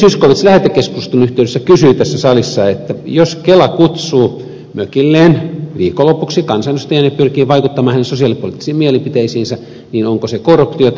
zyskowicz lähetekeskustelun yhteydessä kysyi tässä salissa että jos kela kutsuu mökilleen viikonlopuksi kansanedustajan ja pyrkii vaikuttamaan hänen sosiaalipoliittisiin mielipiteisiinsä niin onko se korruptiota